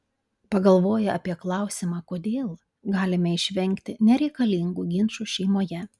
pagalvoję apie klausimą kodėl galime išvengti nereikalingų ginčų šeimoje